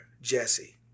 Jesse